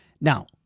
Now